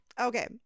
Okay